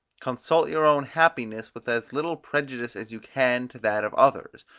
consult your own happiness with as little prejudice as you can to that of others.